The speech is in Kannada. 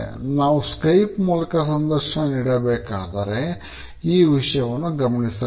ನಾವು ಸ್ಕೈಪ್ ಮೂಲಕ ಸಂದರ್ಶನ ನೀಡಬೇಕಾದರೆ ಈ ವಿಷಯವನ್ನು ಗಮನಿಸಬೇಕು